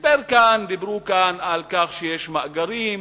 דיברו כאן על כך שיש מאגרים,